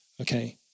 Okay